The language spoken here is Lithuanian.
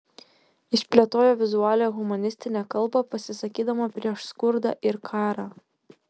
išplėtojo vizualią humanistinę kalbą pasisakydama prieš skurdą ir karą